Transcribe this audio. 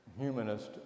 humanist